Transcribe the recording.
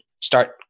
start